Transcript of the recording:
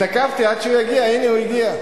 התעכבתי עד שהוא יגיע, הנה הוא הגיע.